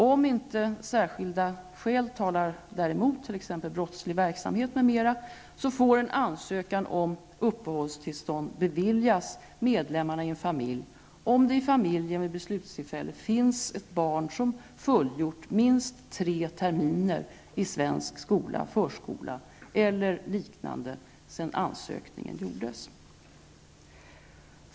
Om inte särskilda skäl talar däremot, t.ex. brottslig verksamhet m.m., får en ansökan om uppehållstillstånd beviljas medlemmarna i en familj om det i familjen vid beslutstillfället finns ett barn som fullgjort minst tre terminer i svensk skola, förskola eller liknande sedan ansökningen gjordes.